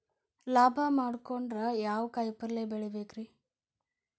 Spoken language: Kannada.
ಲಾಭ ಮಾಡಕೊಂಡ್ರ ಯಾವ ಕಾಯಿಪಲ್ಯ ಬೆಳಿಬೇಕ್ರೇ?